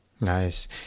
Nice